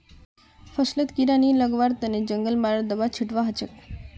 फसलत कीड़ा नी लगवार तने जंगल मारा दाबा छिटवा हछेक